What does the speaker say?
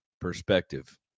perspective